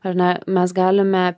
ar ne mes galime